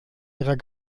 ihrer